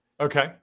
Okay